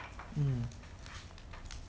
mm